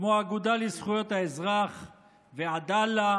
כמו האגודה לזכויות האזרח ועדאלה,